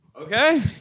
okay